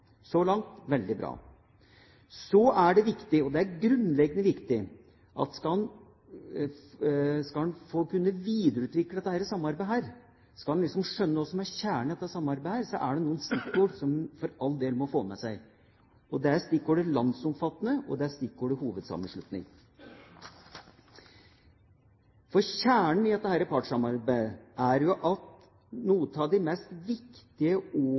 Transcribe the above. langt – veldig bra. Så er det grunnleggende viktig at skal en videreutvikle dette samarbeidet og skjønne hva som er kjernen i det, er det noen stikkord som en for all del må få med seg. Det er stikkordet «landsomfattende», og det er stikkordet «hovedsammenslutning». Kjernen i dette partssamarbeidet er at noen av de viktigste og mest